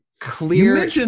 Clear